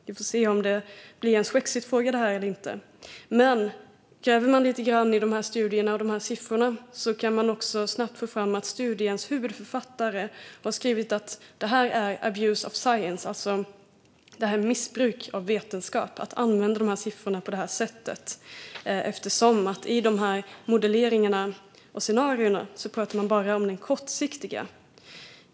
Vi får se om det här blir en swexitfråga eller inte. Gräver man lite grann i de här studierna och siffrorna kan man också snabbt få fram att studiens huvudförfattare har skrivit att det är "abuse of science", alltså missbruk av vetenskap, att använda siffrorna på det här sättet eftersom man bara pratar om det kortsiktiga i de här modelleringarna och scenarierna.